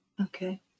Okay